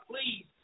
please